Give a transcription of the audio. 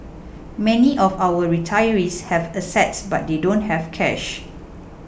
many of our retirees have assets but they don't have cash